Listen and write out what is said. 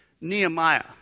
Nehemiah